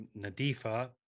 Nadifa